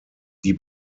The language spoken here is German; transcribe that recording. die